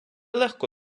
легко